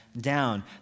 down